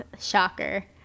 shocker